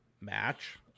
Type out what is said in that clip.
match